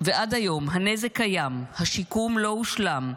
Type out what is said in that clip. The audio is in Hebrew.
ועד היום הנזק קיים, השיקום לא הושלם,